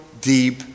deep